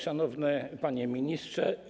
Szanowny Panie Ministrze!